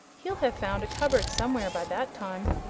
he'll have found a cupboard somewhere by that time.